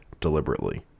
deliberately